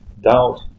doubt